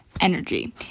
energy